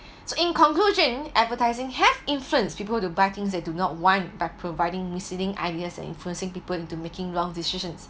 so in conclusion advertising have influence people to buy things they do not want by providing misleading ideas and influencing people into making wrong decisions